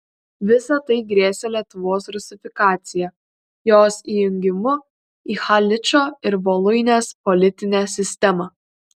visa tai grėsė lietuvos rusifikacija jos įjungimu į haličo ir voluinės politinę sistemą